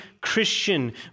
Christian